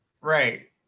Right